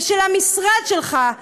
ושל המשרד שלך,